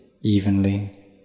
evenly